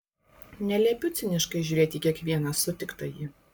neliepiu ciniškai žiūrėti į kiekvieną sutiktąjį